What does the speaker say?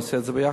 נעשה את זה יחד.